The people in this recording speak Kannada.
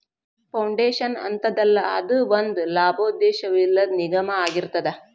ಫೌಂಡೇಶನ್ ಅಂತದಲ್ಲಾ, ಅದು ಒಂದ ಲಾಭೋದ್ದೇಶವಿಲ್ಲದ್ ನಿಗಮಾಅಗಿರ್ತದ